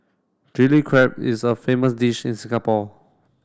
Chilli Crab is a famous dish in Singapore